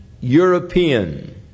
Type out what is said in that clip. European